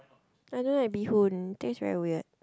I don't like bee hoon tastes very weird